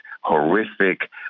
horrific